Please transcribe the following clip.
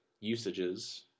usages